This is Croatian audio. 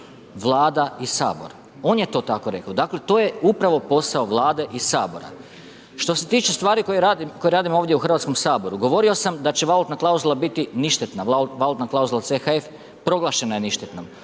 Vlada i Sabor. On je to tako rekao, dakle to je upravo posao Vlade i Sabora. Što se tiče stvari koje radimo ovdje u Hrvatskom saboru, govorio sam da će valutna klauzula biti ništetna, valutna klauzula CHF proglašena je ništetnom.